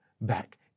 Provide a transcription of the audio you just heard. back